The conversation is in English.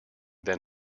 than